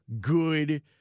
good